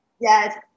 Yes